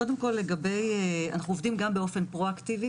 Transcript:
קודם כל, אנו עובדים באופן פרו אקטיבי